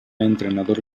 entrenador